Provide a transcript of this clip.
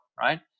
right